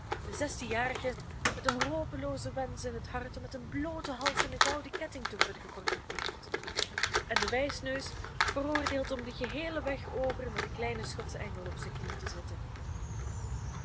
de zestienjarige met den hopeloozen wensch in het hart om met een blooten hals en een gouden ketting te worden geportretteerd en de wijsneus veroordeeld om den geheelen weg over met den kleinen schotschen engel op zijn knie te zitten